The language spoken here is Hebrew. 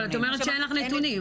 אבל את אומרת שאין לך נתונים.